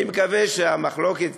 אני מקווה שהמחלוקת